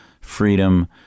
freedom